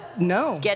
No